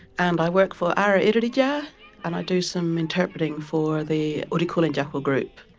and i work for ara iritjatja and i do some interpreting for the uti kulintjaku group,